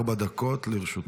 ארבע דקות לרשותך.